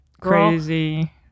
crazy